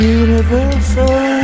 universal